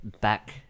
back